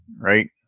right